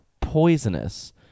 poisonous